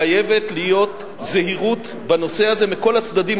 חייבת להיות זהירות בנושא הזה מכל הצדדים,